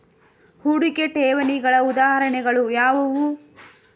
ಹೂಡಿಕೆ ಠೇವಣಿಗಳ ಉದಾಹರಣೆಗಳು ಯಾವುವು?